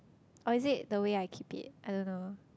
or is it the way I keep it I don't know